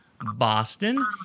Boston